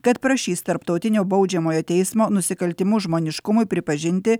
kad prašys tarptautinio baudžiamojo teismo nusikaltimų žmoniškumui pripažinti